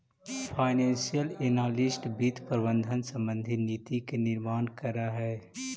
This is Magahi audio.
फाइनेंशियल एनालिस्ट वित्त प्रबंधन संबंधी नीति के निर्माण करऽ हइ